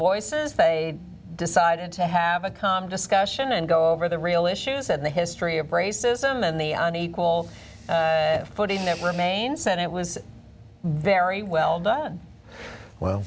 voices they decided to have a calm discussion and go over the real issues and the history of racism and the on equal footing that remain senate was very well done well